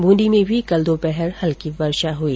बूंदी में भी कल दोपहर हल्की वर्षा हुई